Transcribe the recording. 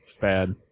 bad